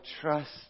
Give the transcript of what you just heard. trust